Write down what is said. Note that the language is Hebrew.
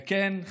וכן,